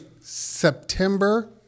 September